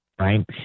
Right